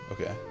Okay